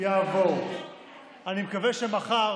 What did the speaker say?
אני מקווה שמחר